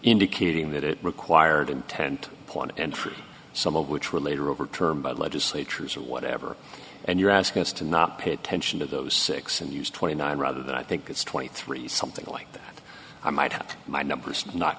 indicating that it required intent upon entry some of which were later overturned by legislatures or whatever and you're asking us to not pay attention to those six and use twenty nine rather than i think it's twenty three something like that i might have my numbers not